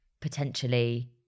potentially